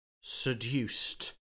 seduced